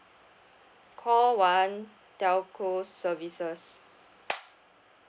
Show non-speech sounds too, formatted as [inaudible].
call one telco services [noise]